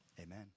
amen